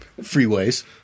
Freeways